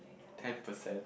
ten percent